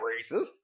racist